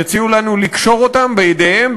יציעו לנו לקשור אותם בידיהם,